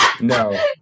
No